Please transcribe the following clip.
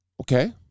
Okay